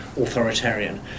authoritarian